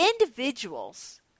Individuals